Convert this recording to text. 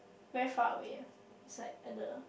very far away ah it's like at the